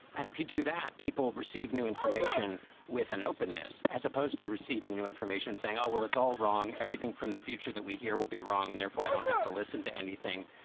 and if you do that, people receive new information with an openness as opposed to receiving new information saying, oh, well, it's all wrong. everything from the future that we hear will be wrong. and therefore, i don't have to listen to anything.